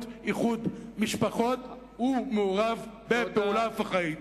איחוד משפחות מעורב בפעולה פח"עית.